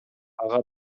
ага